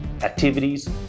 activities